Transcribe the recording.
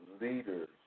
leaders